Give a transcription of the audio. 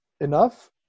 enough